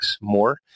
more